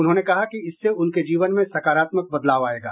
उन्होंने कहा कि इससे उनके जीवन में सकारात्मक बदलाव आएगा